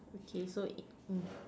okay so mm